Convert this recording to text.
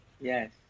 yes